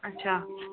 اچھا